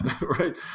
Right